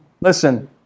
Listen